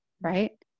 right